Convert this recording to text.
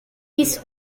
his